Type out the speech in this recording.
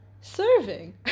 Serving